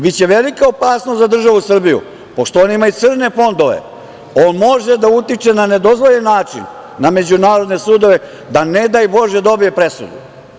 Biće velika opasnost za državu Srbiju, pošto on ima i crne fondove, on može da utiče na nedozvoljen način na međunarodne sudove da ne daj bože dobije presudu.